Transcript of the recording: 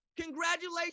Congratulations